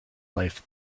life